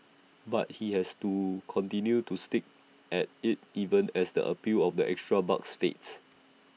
but he has to continued to stick at IT even as the appeal of the extra bucks fades